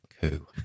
coup